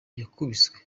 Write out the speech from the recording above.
yakubiswe